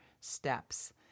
steps